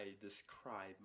describe